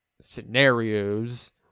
scenarios